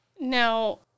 Now